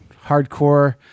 hardcore